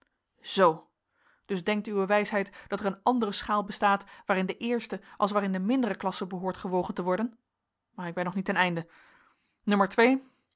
zoo dus denkt uwe wijsheid dat er een andere schaal bestaat waarin de eerste als waarin de mindere klasse behoort gewogen te worden maar ik ben nog niet ten einde